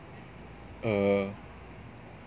err